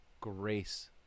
grace